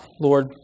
Lord